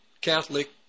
Catholic